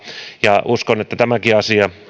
ja uskon että tämäkin asia